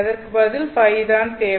அதற்கு பதில் Ø தான் தேவை